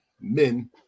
men